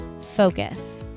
focus